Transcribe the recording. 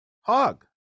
hog